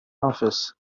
office